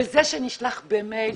וזה שנשלח במייל,